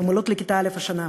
הן עולות לכיתה א' השנה,